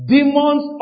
Demons